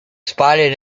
spotted